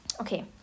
Okay